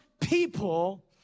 people